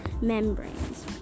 membranes